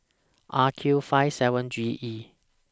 R Q five seven G E